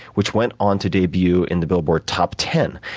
which went on to debut in the billboard top ten.